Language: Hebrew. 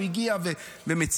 הוא הגיע ומציג,